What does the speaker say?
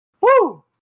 Woo